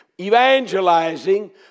Evangelizing